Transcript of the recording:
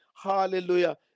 Hallelujah